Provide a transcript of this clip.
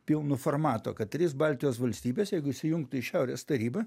pilnu formato kad tris baltijos valstybės jeigu įsijungtų į šiaurės tarybą